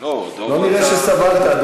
נתקבלה.